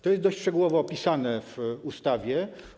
To jest dość szczegółowo opisane w ustawie.